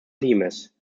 limes